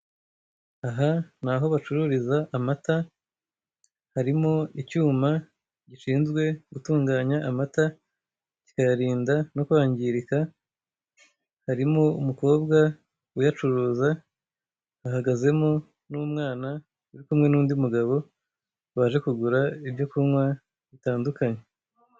Aha ni aho bacururiza amata: harimo icyuma gishinzwe gutunganya amata, kikayarinda no kwangirika, harimo umukobwa uyacuruza, hahagaze mo n'umwana uri kumwe n'undi mugabo, baje kugura ibyo kunywa bitadukanye.